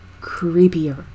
creepier